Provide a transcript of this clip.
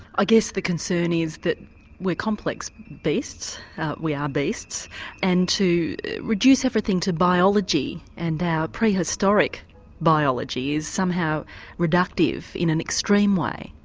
i guess the concern is that we're complex beasts we are beasts and to reduce everything to biology and our prehistoric biology is somehow reductive in an extreme way.